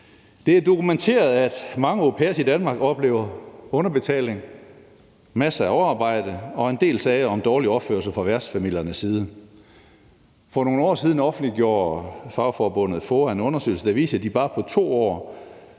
Det er dokumenteret, at mange au pairer i Danmark oplever underbetaling, masser af overarbejde og en del sager om dårlig opførsel fra værtsfamiliernes side. For nogle år siden offentliggjorde fagforbundet FOA en undersøgelse, der viser, at på bare 2 år